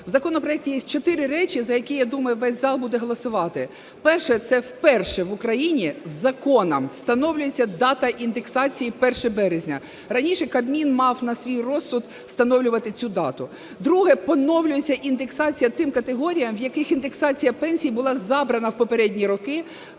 В законопроекті є чотири речі, за які, я думаю, весь зал буде голосувати. Перше. Це вперше в Україні законом встановлюється дата індексації – 1 березня. Раніше Кабмін мав на свій розсуд встановлювати цю дату. Друге. Поновлюється індексація тим категоріям, в яких індексація пенсій була забрана в попередні роки